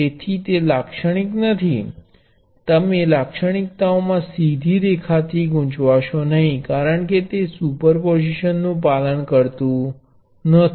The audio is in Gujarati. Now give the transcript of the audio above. તેથી તે લાક્ષણિક નથી તમે લાક્ષણિકતાઓમાં સીધી રેખા થી ગુંચવશો નહીં કારણ કે તે સુપરપોઝિશન નું પાલન કરતું નથી